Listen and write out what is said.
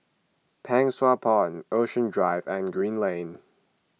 Pang Sua Pond Ocean Drive and Green Lane